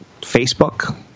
Facebook